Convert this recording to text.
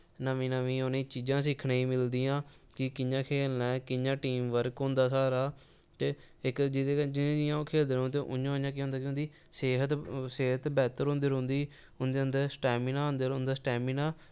नमीं नमीं उ'नें गी चीजां सिक्खने गी मिलदियां कि कि'यां खेढना ऐ कि'यां टीम बर्क होंदा सारा ते इस जि'यां जि'यां ओह् खेलदे रौंह्दे उ'आं उ'आं केह् होंदा कि उं'दी सेह्त बैह्तर होंदी रौंह्दी उं'दे अन्दर उं'दा स्टैमनां